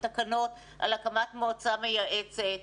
ובתקנות על הקמת מועצה מייעצת.